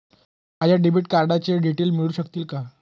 माझ्या डेबिट कार्डचे डिटेल्स मिळू शकतील का?